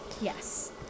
Yes